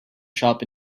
shop